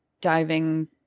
diving